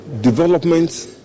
development